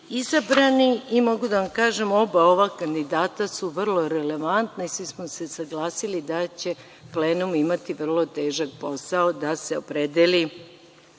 izabrani. Mogu da vam kažem, oba ova kandidata su vrlo relevantna i svi smo se saglasili da će plenum imati vrlo težak posao da se opredeli